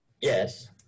Yes